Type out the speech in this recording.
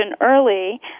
early